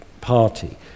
party